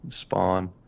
spawn